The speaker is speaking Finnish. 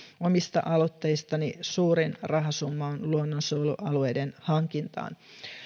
omista aloitteistani suurin rahasumma on luonnonsuojelualueiden hankintaan